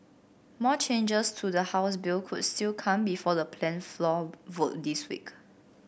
more changes to the House bill could still come before the planned floor vote this week